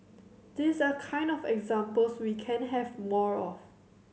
these are kind of examples we can have more of